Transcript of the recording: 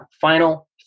final